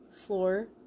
floor